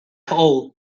all